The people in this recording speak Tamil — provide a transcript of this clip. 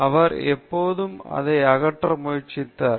அவர் எப்போதும் அதை அகற்ற முயற்சித்தார்